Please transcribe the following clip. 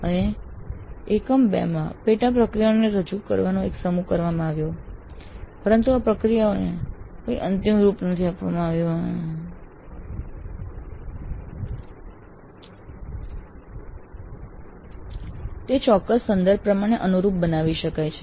અને એકમ ૨ માં પેટા પ્રક્રિયાઓનો એક સમૂહ રજૂ કરવામાં આવ્યો પરંતુ આ પ્રક્રિયાઓને કોઈ અંતિમ રૂપ નથી આપવામાં આવ્યું તે ચોક્કસ સંદર્ભ પ્રમાણે અનુરૂપ બનાવી શકાય છે